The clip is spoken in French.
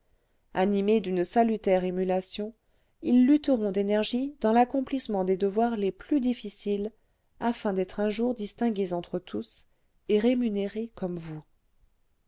animés d'une salutaire émulation ils lutteront d'énergie dans l'accomplissement des devoirs les plus difficiles afin d'être un jour distingués entre tous et rémunérés comme vous